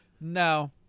No